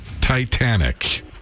Titanic